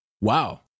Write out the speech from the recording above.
Wow